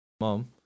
mom-